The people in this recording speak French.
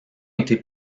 été